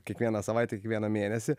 kiekvieną savaitę kiekvieną mėnesį